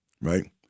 right